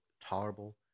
tolerable